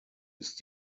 ist